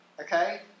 Okay